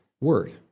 word